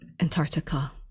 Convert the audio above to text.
Antarctica